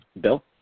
Bill